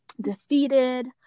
defeated